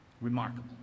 Remarkable